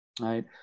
right